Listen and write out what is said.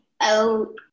out